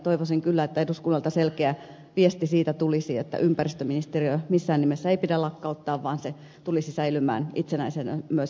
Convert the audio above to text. toivoisin kyllä että eduskunnalta tulisi selkeä viesti siitä että ympäristöministeriötä missään nimessä ei pidä lakkauttaa vaan se tulisi säilymään itsenäisenä myös jatkossa